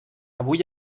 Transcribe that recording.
avui